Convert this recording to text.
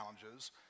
challenges